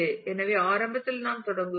எனவே ஆரம்பத்தில் நாம் தொடங்குகிறோம்